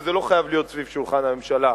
וזה לא חייב להיות סביב שולחן הממשלה,